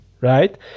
right